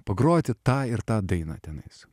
pagroti tą ir tą dainą tenais